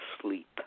sleep